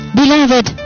beloved